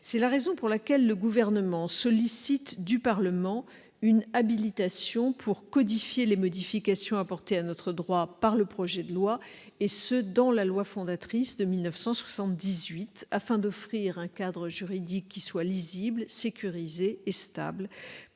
C'est la raison pour laquelle le Gouvernement sollicite du Parlement une habilitation pour codifier les modifications apportées à notre droit par ce projet de loi dans la loi fondatrice de 1978. Ainsi, nous offrirons un cadre juridique lisible, sécurisé et stable